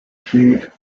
shade